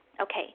Okay